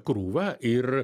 krūvą ir